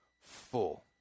full